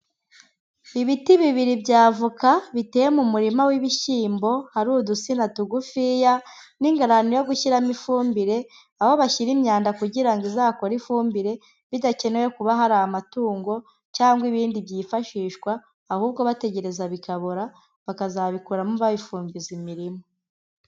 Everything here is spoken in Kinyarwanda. Ibiti bibiri bya avoka biteye mu murima w'ibishyimbo hari udusina tugufiya n'ingarane yo gushyiramo ifumbire aho bashyira imyanda kugira ngo izakore ifumbire bidakenewe kuba hari amatungo cyangwa ibindi byifashishwa ahubwo bategereza bikabora, bakazabikoramo babifumbiza imirima.